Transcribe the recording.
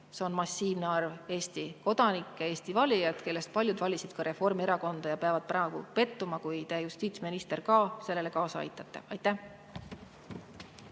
See on massiivne arv Eesti kodanikke, Eesti valijaid, kellest paljud valisid Reformierakonda ja peavad praegu pettuma, kui te, justiitsminister, ka sellele kaasa aitate. Aitäh!